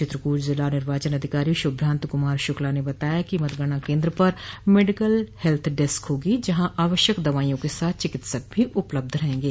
चित्रकूट जिला निर्वाचन अधिकारी शुभ्रांत कुमार शुक्ला ने बताया कि मतगणना क द्र पर मेडिकल हेल्थ डेस्क होगी जहां आवश्यक दवाइयों के साथ चिकित्सक भी उपलब्ध रहेंगे